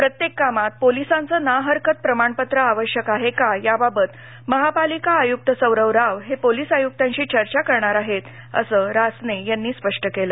प्रत्येक कामात पोलिसांचं ना हरकत प्रमाणपत्र आवश्यक आहे का याबाबत महापालिका आयुक्त सौरव राव हे पोलीस आयुक्तांशी चर्चा करणार आहेत असं रासने यांनी स्पष्ट केलं